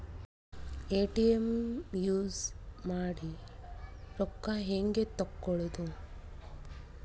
ATM use ಮಾಡಿ ರೊಕ್ಕ ಹೆಂಗೆ ತಕ್ಕೊಳೋದು?